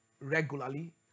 regularly